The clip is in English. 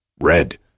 Red